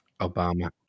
Obama